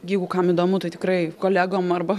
jeigu kam įdomu tai tikrai kolegom arba